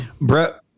Brett